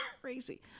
crazy